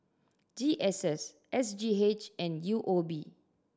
G S S S G H and U O B